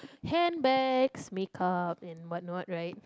handbags makeup and but not right